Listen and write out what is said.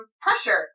pressure